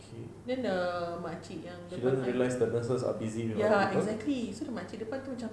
okay she doesn't realise the nurses are busy with other people